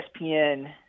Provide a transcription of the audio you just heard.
ESPN